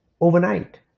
overnight